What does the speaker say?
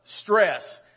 stress